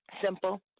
Simple